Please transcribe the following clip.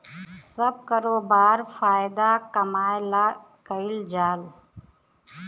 सब करोबार फायदा कमाए ला कईल जाल